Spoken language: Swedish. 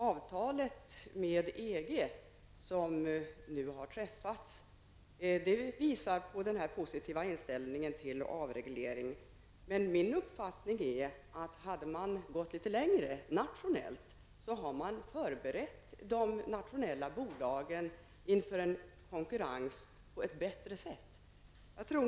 Avtalet med EG som nu har träffats visar på den positiva inställningen till avreglering. Min uppfattning är att om man hade gått litet längre nationellt, hade man förberett de nationella bolagen inför en konkurrens på ett bättre sätt.